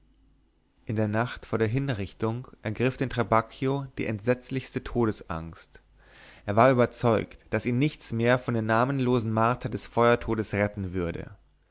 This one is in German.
in der nacht vor der hinrichtung ergriff den trabacchio die entsetzlichste todesangst er war überzeugt daß ihn nichts mehr von der namenlosen marter des feuertodes retten würde